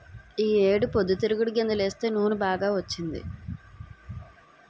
ఈ ఏడు పొద్దుతిరుగుడు గింజలేస్తే నూనె బాగా వచ్చింది